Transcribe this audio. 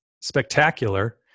spectacular